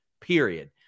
Period